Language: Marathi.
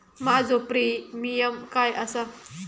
माझो प्रीमियम काय आसा?